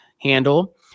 handle